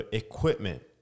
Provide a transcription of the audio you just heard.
equipment